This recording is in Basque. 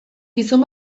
gizon